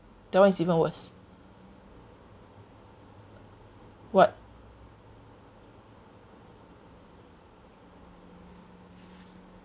that [one] is even worse what